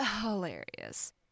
hilarious